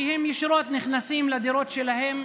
כי הם נכנסים ישירות לדירות שלהם,